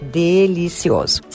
delicioso